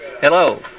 Hello